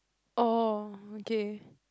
oh okay